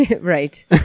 Right